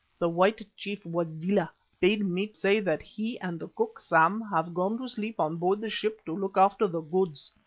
the white chief wazela bade me say that he and the cook, sam, have gone to sleep on board the ship to look after the goods.